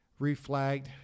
Reflagged